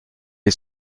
est